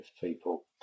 people